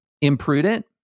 imprudent